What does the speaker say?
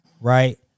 Right